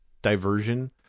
diversion